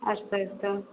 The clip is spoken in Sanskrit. अस्तु अस्तु